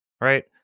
right